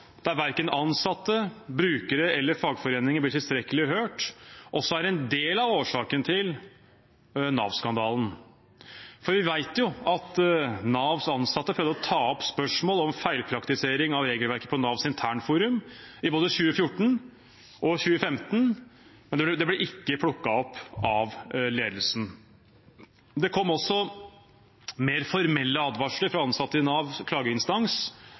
der verken ansatte, brukere eller fagforeninger blir tilstrekkelig hørt, også er en del av årsaken til Nav-skandalen. Vi vet jo at Navs ansatte prøvde å ta opp spørsmål om feilpraktisering av regelverket på Navs internforum i både 2014 og 2015, men det ble ikke plukket opp av ledelsen. Det kom også mer formelle advarsler fra ansatte i Nav klageinstans